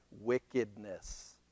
wickedness